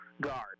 guard